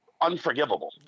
Unforgivable